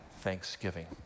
thanksgiving